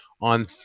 on